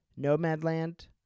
Nomadland